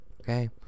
okay